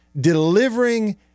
delivering